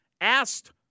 asked